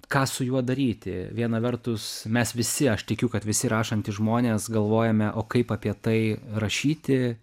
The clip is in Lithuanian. ką su juo daryti viena vertus mes visi aš tikiu kad visi rašantys žmonės galvojame o kaip apie tai rašyti